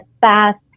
fast